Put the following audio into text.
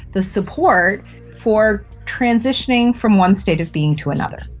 the support for transitioning from one state of being to another.